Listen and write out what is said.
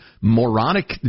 moronic